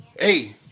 Hey